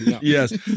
Yes